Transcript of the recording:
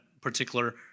particular